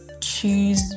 choose